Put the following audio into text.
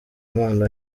impano